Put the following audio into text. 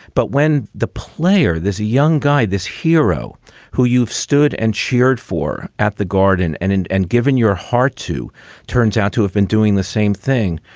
but when the player, this young guy, this hero who you've stood and cheered for at the garden and and and given your heart to turns out to have been doing the same thing,